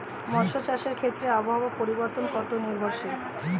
মৎস্য চাষের ক্ষেত্রে আবহাওয়া পরিবর্তন কত নির্ভরশীল?